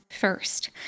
first